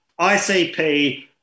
ICP